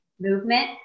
movement